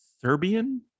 serbian